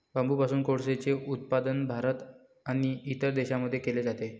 बांबूपासून कोळसेचे उत्पादन भारत आणि इतर देशांमध्ये केले जाते